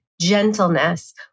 gentleness